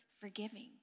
forgiving